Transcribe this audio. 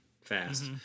fast